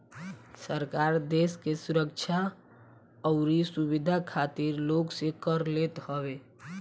सरकार देस के सुरक्षा अउरी सुविधा खातिर लोग से कर लेत हवे